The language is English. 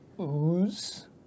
ooze